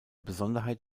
besonderheit